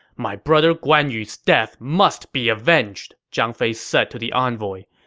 my brother guan yu's death must be avenged, zhang fei said to the envoy.